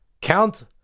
Count